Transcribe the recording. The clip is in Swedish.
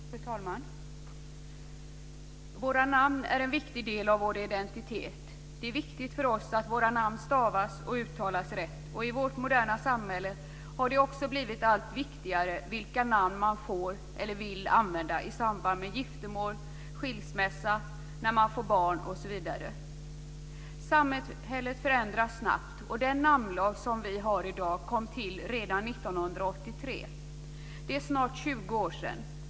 Fru talman! Våra namn är en viktig del av vår identitet. Det är viktigt för oss att våra namn stavas och uttalas rätt. Och i vårt moderna samhälle har det också blivit allt viktigare vilka namn vi får eller vill använda i samband med giftermål, skilsmässa, barnafödande, osv. Samhället förändras snabbt, och den namnlag som vi har i dag kom till redan 1983. Det är snart 20 år sedan.